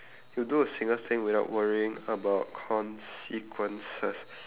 to do a single thing without worrying about consequences